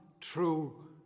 true